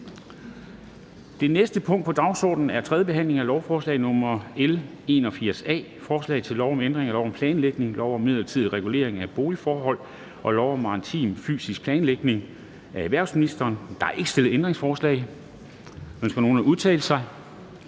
Det næste punkt på dagsordenen er: 4) 3. behandling af lovforslag nr. L 81 A: Forslag til lov om ændring af lov om planlægning, lov om midlertidig regulering af boligforholdene og lov om maritim fysisk planlægning. (Frist ved udlæg af sommerhusområder, kommuneplanredegørelse